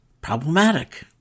problematic